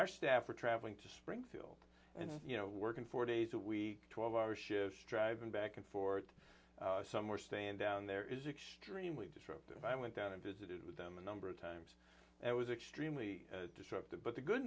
our staff were traveling to springfield and you know working four days a week twelve hour shifts driving back and forth some were stand down there is extremely disruptive i went down and visited with them a number of times it was extremely disruptive but the good